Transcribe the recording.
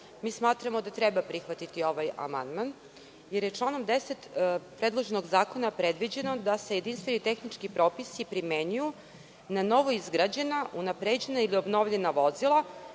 smatramo da treba prihvatiti ovaj amandman, jer je članom 10. predloženog zakona predviđeno, da se jedinstveni tehnički propisi primenjuju na novoizgrađena, unapređena ili obnovljena vozila